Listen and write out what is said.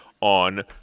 on